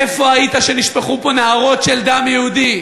איפה היית כשנשפכו פה נהרות של דם יהודי?